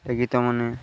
ଏ ଗୀତ ମାନେ